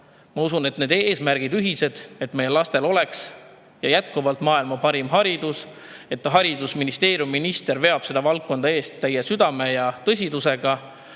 Ma usun, et eesmärgid on meil ühised: et meie lastel oleks jätkuvalt maailma parim haridus, et haridusministeerium ja minister veavad seda valdkonda eest täie südame ja tõsidusega